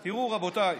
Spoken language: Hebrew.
תראו, רבותיי,